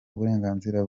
uburenganzira